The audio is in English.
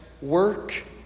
work